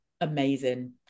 amazing